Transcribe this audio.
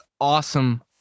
awesome